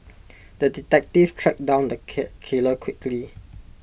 the detective tracked down the cat killer quickly